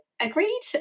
agreed